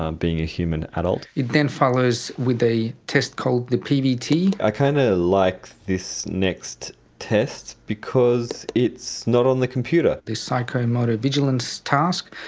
being a human adult. it then follows with a test called the pvt. i kind of like this next test, because it's not on the computer. the psychomotor vigilance task,